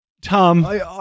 Tom